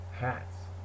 hats